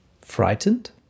frightened